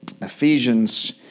Ephesians